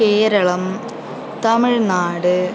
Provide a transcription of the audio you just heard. Keralam Tamil Nadu